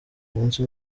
umunsi